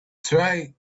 try